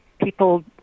people